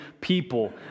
people